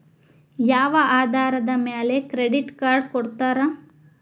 ಯಾವ ಆಧಾರದ ಮ್ಯಾಲೆ ಕ್ರೆಡಿಟ್ ಕಾರ್ಡ್ ಕೊಡ್ತಾರ?